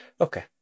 Okay